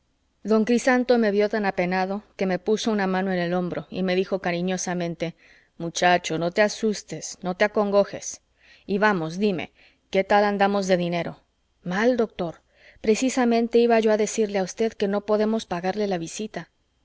don crisanto me vió tan apenado que me puso una mano en el hombro y me dijo cariñosamente muchacho no te asustes no te acongojes y vamos dime qué tal andamos de dinero mal doctor precisamente iba yo a decirle a usted que no podemos pagarle la visita